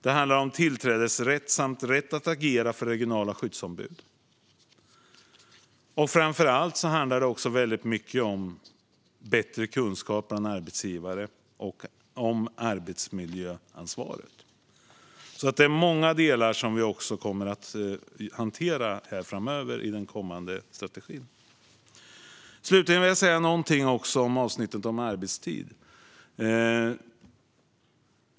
Det handlar om tillträdesrätt samt rätt att agera för regionala skyddsombud. Framför allt handlar det också väldigt mycket om bättre kunskap bland arbetsgivare om arbetsmiljöansvaret. Det är alltså många delar som vi kommer att hantera i den kommande strategin. Slutligen vill jag säga någonting om avsnittet om arbetstid.